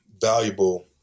valuable